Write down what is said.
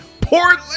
portland